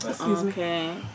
okay